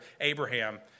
Abraham